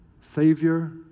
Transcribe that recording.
savior